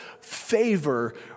favor